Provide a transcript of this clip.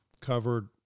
covered